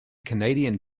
canadian